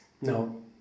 No